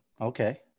Okay